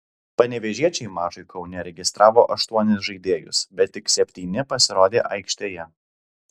panevėžiečiai mačui kaune registravo aštuonis žaidėjus bet tik septyni pasirodė aikštėje